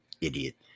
idiot